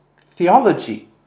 theology